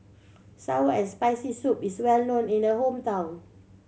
sour and Spicy Soup is well known in the hometown